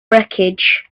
wreckage